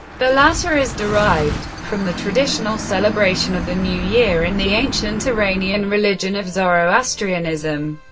the latter is derived from the traditional celebration of the new year in the ancient iranian religion of zoroastrianism.